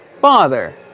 father